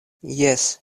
jes